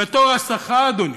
בתור הסחה, אדוני,